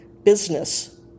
Business